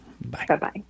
Bye-bye